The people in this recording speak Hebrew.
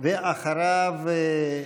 ואחריו,